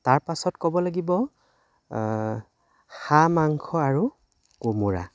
তাৰপাছত ক'ব লাগিব হাঁহ মাংস আৰু কোমোৰা